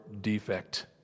defect